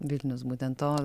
vilnius būtent to